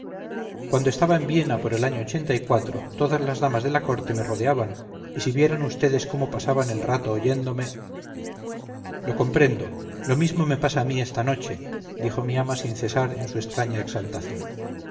cuando estaba en viena por el año todas las damas de la corte me rodeaban y si vieran vds cómo pasaban el rato oyéndome lo comprendo lo mismo me pasa a mí esta noche dijo mi ama sin cesar en su extraña exaltación